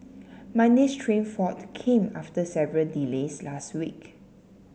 Monday's train fault came after several delays last week